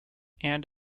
and